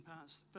past